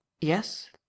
Yes